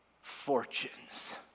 fortunes